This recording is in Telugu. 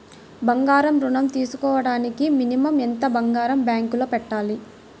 బంగారం ఋణం తీసుకోవడానికి మినిమం ఎంత బంగారం బ్యాంకులో పెట్టాలి?